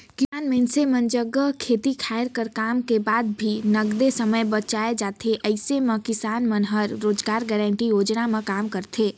किसान मइनसे मन जग खेती खायर कर काम कर बाद भी नगदे समे बाएच जाथे अइसन म किसान मन ह रोजगार गांरटी योजना म काम करथे